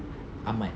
ahmad